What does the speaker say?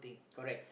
correct